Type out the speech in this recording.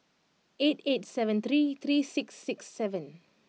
eight eight seven three three six six seven